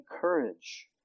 courage